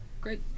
Great